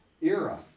era